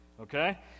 okay